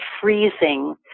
freezing